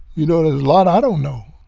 you know, there's a lot i don't know